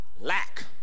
lack